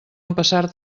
empassar